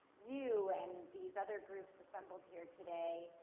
you and these other groups assembled here today,